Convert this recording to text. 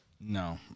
No